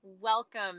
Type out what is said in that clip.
Welcome